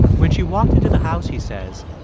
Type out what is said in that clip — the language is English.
when she walked into the house, he says,